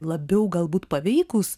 labiau galbūt paveikūs